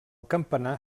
campanar